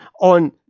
on